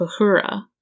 Bahura